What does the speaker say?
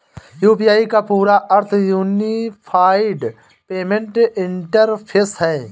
UPI का पूरा अर्थ यूनिफाइड पेमेंट इंटरफ़ेस है